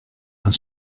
and